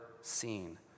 seen